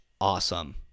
Awesome